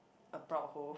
a proud hoe